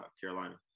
Carolina